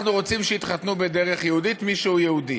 אנחנו רוצים שיתחתנו בדרך יהודית, מי שהוא יהודי.